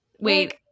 wait